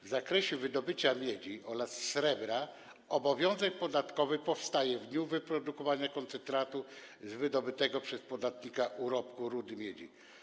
W zakresie wydobycia miedzi oraz srebra obowiązek podatkowy powstaje w dniu wyprodukowania koncentratu z wydobytego przez podatnika urobku rudy miedzi.